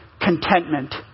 contentment